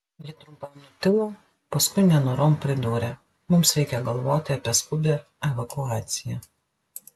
ji trumpam nutilo paskui nenorom pridūrė mums reikia galvoti apie skubią evakuaciją